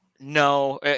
no